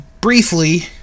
briefly